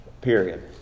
period